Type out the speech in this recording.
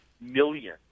million